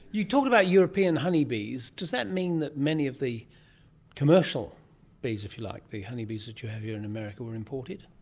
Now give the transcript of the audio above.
you talked about european honeybees. does that mean that many of the commercial bees, if you like, the honeybees that you have here in america, were imported?